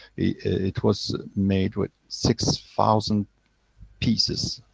it was made with six thousand pieces.